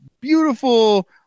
beautiful